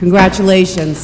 congratulations